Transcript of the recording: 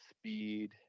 speed